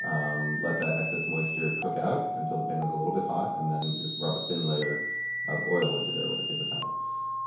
um let that excess moisture cook out until the pan is a little bit hot. and then just rub a thin layer of oil into it with a paper towel